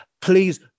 Please